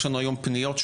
יש לנו היום פניות,